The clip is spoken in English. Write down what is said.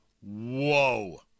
Whoa